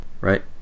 right